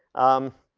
um,